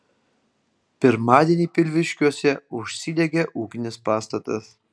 pirmadienį pilviškiuose užsidegė ūkinis pastatas